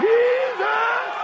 Jesus